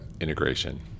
integration